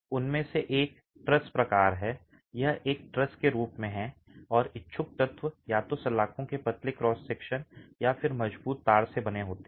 उनमें से एक ट्रस प्रकार है यह एक ट्रस के रूप में है और इच्छुक तत्व या तो सलाखों के पतले क्रॉस सेक्शन या फिर मजबूत तार से बने होते हैं